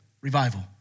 revival